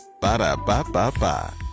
Ba-da-ba-ba-ba